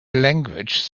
language